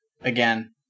again